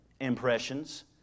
impressions